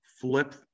flip